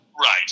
Right